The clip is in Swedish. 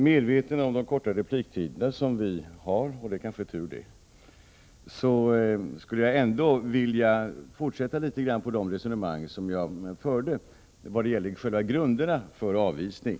Herr talman! Jag är medveten om att vi har korta repliktider — och det är kanske tur. Men jag skulle ändå vilja fortsätta det resonemang som jag förde vad gäller själva grunderna för avvisning.